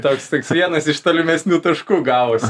toks toks vienas iš tolimesnių taškų gavosi